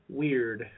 weird